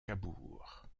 cabourg